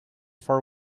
for